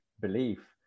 belief